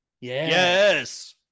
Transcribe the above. Yes